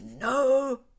no